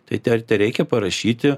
tai ir te tereikia parašyti